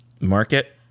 Market